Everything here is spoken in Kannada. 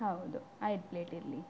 ಹೌದು ಐದು ಪ್ಲೇಟ್ ಇರಲಿ